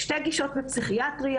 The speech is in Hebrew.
יש שתי גישות בפסיכיאטריה.